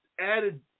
added